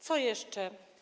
Co jeszcze?